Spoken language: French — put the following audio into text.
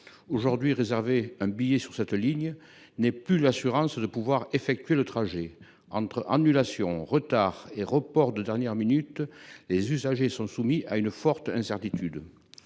Aujourd’hui, réserver un billet sur cette ligne n’est plus l’assurance de pouvoir effectuer le trajet. Entre annulations, retards et reports de dernière minute, les usagers sont soumis à une forte incertitude.